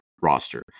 roster